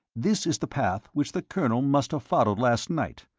this is the path which the colonel must have followed last night.